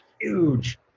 huge